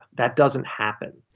that doesn't happen.